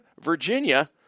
Virginia